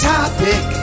Topic